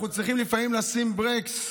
אנחנו צריכים לפעמים לשים ברקס,